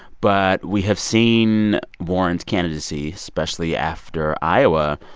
but we have seen warren's candidacy, especially after iowa,